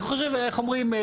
איך אומרים,